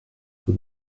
for